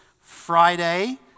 Friday